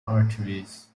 arteries